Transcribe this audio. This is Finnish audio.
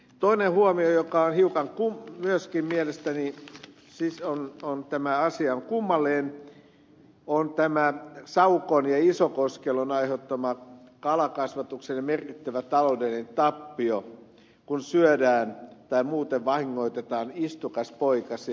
toinen huomio joka on myöskin mielestäni hiukan kummallinen asia on saukon ja isokoskelon aiheuttama kalakasvatuksen merkittävä taloudellinen tappio kun syödään tai muuten vahingoitetaan istukaspoikasia